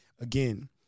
Again